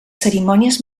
cerimònies